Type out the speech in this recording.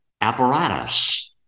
apparatus